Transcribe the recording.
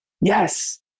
yes